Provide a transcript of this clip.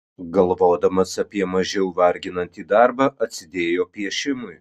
galvodamas apie mažiau varginantį darbą atsidėjo piešimui